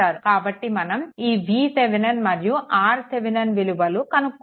కాబట్టి మనం ఈ vThevenin మరియు RThevenin విలువలను కనుక్కోవాలి